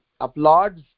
applauds